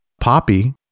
poppy